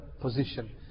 position